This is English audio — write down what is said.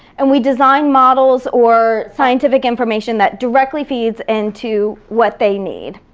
and we design model or scientific information that directly feeds into what they need.